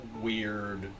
weird